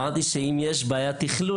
כן אמרתי שאם יש בעיית תכלול,